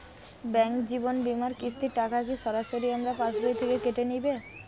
Bank জীবন বিমার কিস্তির টাকা কি সরাসরি আমার পাশ বই থেকে কেটে নিবে?